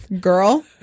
girl